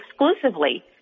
exclusively